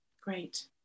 great